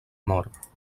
mort